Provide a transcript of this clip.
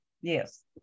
Yes